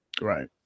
Right